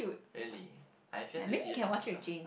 really I've yet to see it for myself